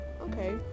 okay